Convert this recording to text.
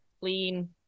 clean